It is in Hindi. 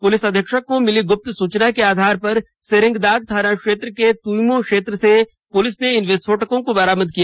पुलिस अधीक्षक को मिली गुप्त सुचना के आधार पर सेरेंगदाग थाना क्षेत्र के तूइमो क्षेत्र से पुलिस ने इन विस्फोटकों को बरामद किया